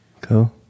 Cool